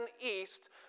east